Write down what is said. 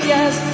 Yes